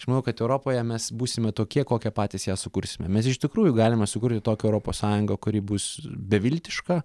aš manau kad europoje mes būsime tokie kokią patys ją sukursime mes iš tikrųjų galime sukurti tokią europos sąjungą kuri bus beviltiška